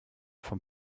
vom